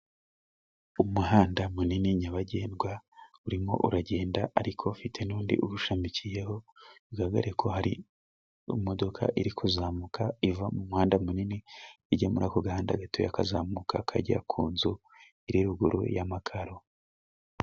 Umuhanda munini nyabagendwa urimo uragenda ariko ufite n'undi uwushamikiyeho bigaragare ko hari imodoka iri kuzamuka iva mu muhanda munini igemura ku gahanda gato kakazamuka kajya ku nzu iri ruguru y'amakaro.